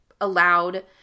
allowed –